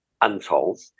untold